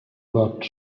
worked